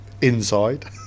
inside